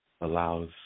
allows